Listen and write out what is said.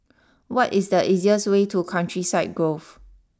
what is the easiest way to Countryside Grove